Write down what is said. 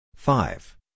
Five